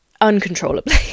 uncontrollably